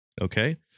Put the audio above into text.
Okay